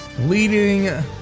leading